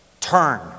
Turn